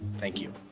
thank you.